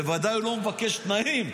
בוודאי הוא לא מבקש תנאים.